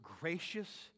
gracious